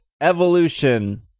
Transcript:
Evolution